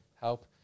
help